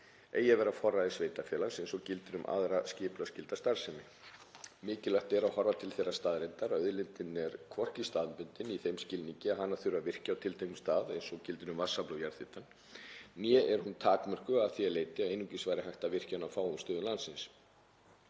að vera á forræði sveitarfélags eins og gildir um aðra skipulagsskylda starfsemi. Mikilvægt er að horfa til þeirrar staðreyndar að auðlindin er hvorki staðbundin í þeim skilningi að hana þurfi að virkja á tilteknum stað eins og gildir um vatnsafl og jarðhitann né er hún takmörkuð að því leyti að einungis væri hægt að virkja hana á fáum stöðum landsins.